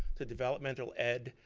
to developmental ed.